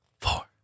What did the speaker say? four